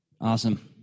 Awesome